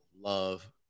love